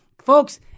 Folks